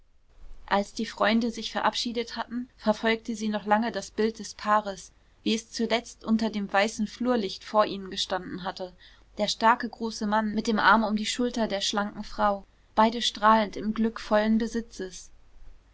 als die freunde sich verabschiedet hatten verfolgte sie noch lange das bild des paares wie es zuletzt unter dem weißen flurlicht vor ihnen gestanden hatte der starke große mann mit dem arm um die schulter der schlanken frau beide strahlend im glück vollen besitzes